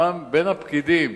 בין הפקידים